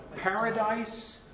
paradise